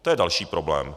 To je další problém.